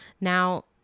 Now